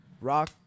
Rock